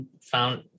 found